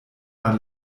man